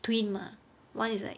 twin mah one is like